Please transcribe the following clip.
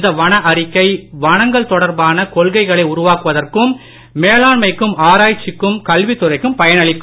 இந்த அவன அறிக்கையை வனங்கள் தொடர்பான கொள்கைகளை உருவாக்குவதற்கும் மேலாண்மைக்கும் ஆராய்ச்சிக்கும் கல்வி துறைக்கும் பயனளிக்கும்